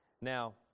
Now